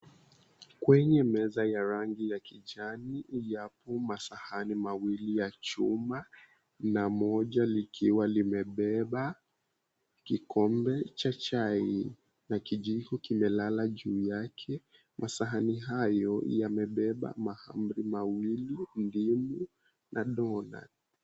Kwenye meza ya rangi ya kijani, yapo masahani mawili ya chuma, na moja likiwa limebeba kikombe cha chai na kijiko kimelala juu yake, masahani hayo yamebeba mahamri mawili, ndimu na dona.